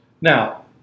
Now